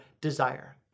desire